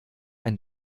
ein